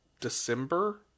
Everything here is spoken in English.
December